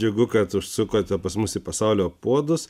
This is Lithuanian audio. džiugu kad užsukote pas mus į pasaulio puodus